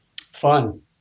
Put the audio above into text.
Fun